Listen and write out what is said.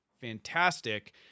fantastic